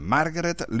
Margaret